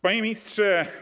Panie Ministrze!